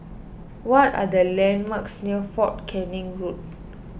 what are the landmarks near fort Canning Road